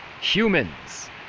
humans